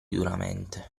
duramente